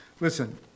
Listen